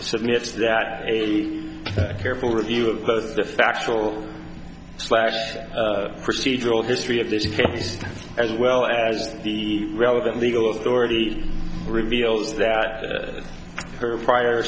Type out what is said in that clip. submit that a careful review of both the factual slash procedural history of this case as well as the relevant legal authority reveals that her prior